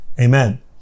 Amen